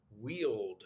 wield